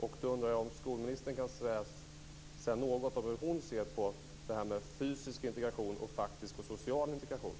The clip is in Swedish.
Jag undrar som skolministern kan säga något om hur hon ser på fysisk integration och faktisk och social integration.